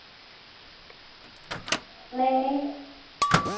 नेईं नेईं